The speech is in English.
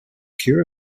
care